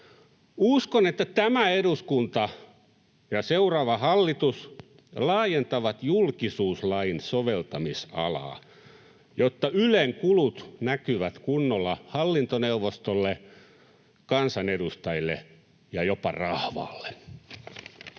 Uskon, että tämä eduskunta ja seuraava hallitus laajentavat julkisuuslain soveltamis-alaa, jotta Ylen kulut näkyvät kunnolla hallintoneuvostolle, kansanedustajille ja jopa rahvaalle.